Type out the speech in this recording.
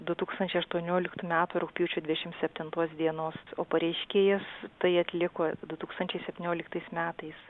du tūkstančiai aštuonioliktų metų rugpjūčio dvidešim septintos dienos o pareiškėjas tai atliko du tūkstančiai septynioliktais metais